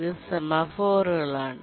ഇത് സെമാഫോറുകളാണ്